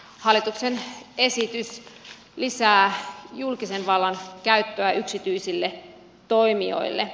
hallituksen esitys lisää julkisen vallan käyttöä yksityisille toimijoille